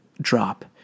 drop